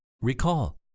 Recall